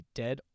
dead